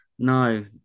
No